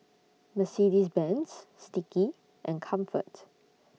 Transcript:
Mercedes Benz Sticky and Comfort